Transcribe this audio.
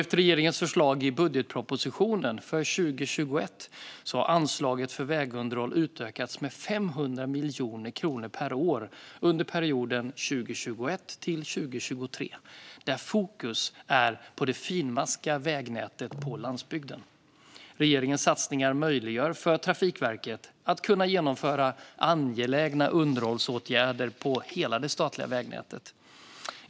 Efter regeringens förslag i budgetpropositionen för 2021 har anslaget för vägunderhåll utökats med 500 miljoner kronor per år under perioden 2021-2023, där fokus är på det finmaskiga vägnätet på landsbygden. Regeringens satsningar möjliggör för Trafikverket att genomföra angelägna underhållsåtgärder på hela det statliga vägnätet.